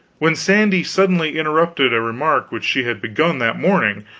when sandy suddenly interrupted a remark which she had begun that morning,